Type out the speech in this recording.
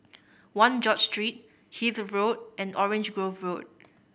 One George Street Hythe Road and Orange Grove Road